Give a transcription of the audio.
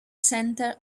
center